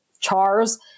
chars